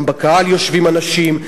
גם בקהל יושבים אנשים,